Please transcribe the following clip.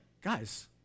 guys